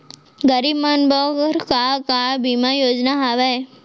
गरीब मन बर का का बीमा योजना हावे?